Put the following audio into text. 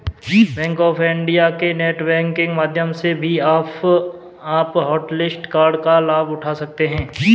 bank of India के net banking माध्यम से भी आप हॉटलिस्ट कार्ड का लाभ उठा सकते हैं